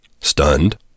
Stunned